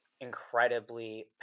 incredibly